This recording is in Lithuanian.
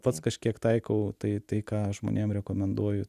pats kažkiek taikau tai tai ką žmonėm rekomenduoju